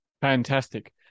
Fantastic